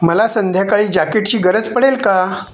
मला संध्याकाळी जॅकेटची गरज पडेल का